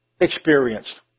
experienced